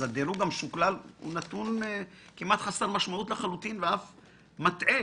אז הדירוג המשוקלל הוא נתון כמעט חסר משמעות לחלוטין ואף מטעה.